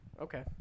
Okay